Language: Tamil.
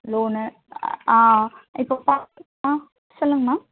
லோனு ஆ இப்போ பார்த்தீங்கன்னா சொல்லுங்கள் மேம்